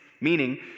meaning